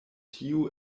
tiu